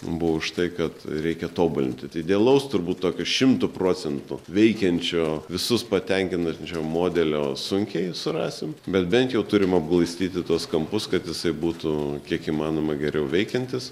buvo už tai kad reikia tobulinti tai idealaus turbūt tokio šimtu procentų veikiančio visus patenkinančio modelio sunkiai surasim bet bent jau turim apglaistyti tuos kampus kad jisai būtų kiek įmanoma geriau veikiantis